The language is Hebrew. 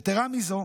יתרה מזו,